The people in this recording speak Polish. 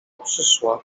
przyszła